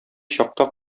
чакта